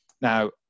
Now